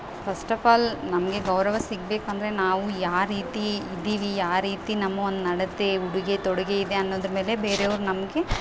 first of all ನಮಗೆ ಗೌರವ ಸಿಗಬೇಕಂದ್ರೆ ನಾವ ಯಾವರೀತಿ ಇದೀವಿ ಆ ರೀತಿ ನಮ್ಮ ಒಂದು ನಡತೆ ಉಡುಗೆ ತೊಡುಗೆಯಿದೆ ಅನ್ನೊದ್ರ ಮೇಲೆ ಬೇರೆಯವ್ರು ನಮಗೆ